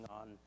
on